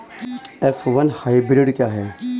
F one hybrid क्या है?